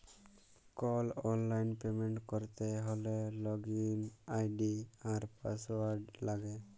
call অললাইল payment ক্যরতে হ্যলে লগইল আই.ডি আর পাসঅয়াড় লাগে